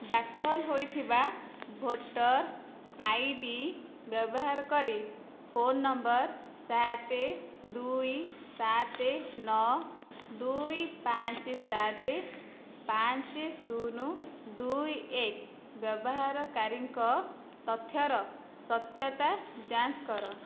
ଦାଖଲ ହୋଇଥିବା voter I D ବ୍ୟବହାର କରି ଫୋନ୍ ନମ୍ବର୍ ସାତେ ଦୁଇ ସାତେ ନଅ ଦୁଇ ପାଞ୍ଚେ ସାତେ ପାଞ୍ଚେ ଶୂନ ଦୁଇ ଏକ ବ୍ୟବହାରକାରୀଙ୍କ ତଥ୍ୟର ସତ୍ୟତା ଯାଞ୍ଚ କର